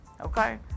okay